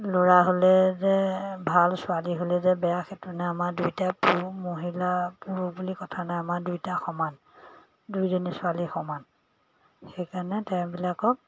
ল'ৰা হ'লে যে ভাল ছোৱালী হ'লে যে বেয়া সেইটো নাই আমাৰ দুয়োটা পুৰুষ মহিলা পুৰুষ বুলি কথা নাই আমাৰ দুইটা সমান দুইজনী ছোৱালী সমান সেইকাৰণে তেওঁবিলাকক